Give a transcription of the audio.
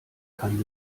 keine